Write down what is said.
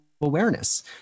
awareness